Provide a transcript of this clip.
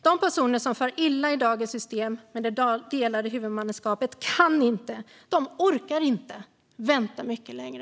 De personer som far illa i dagens system med det delade huvudmannaskapet kan inte - orkar inte - vänta mycket längre.